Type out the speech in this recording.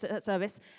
service